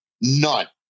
none